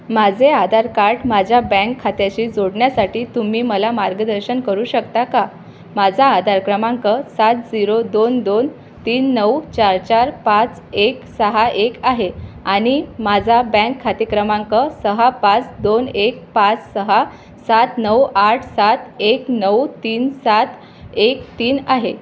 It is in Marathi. माझे आधार कार्ड माझ्या बँक खात्याशी जोडण्यासाठी तुम्ही मला मार्गदर्शन करू शकता का माझा आधार क्रमांक सात झिरो दोन दोन तीन नऊ चार चार पाच एक सहा एक आहे आणि माझा बँक खाते क्रमांक सहा पाच दोन एक पाच सहा सात नऊ आठ सात एक नऊ तीन सात एक तीन आहे